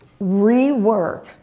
rework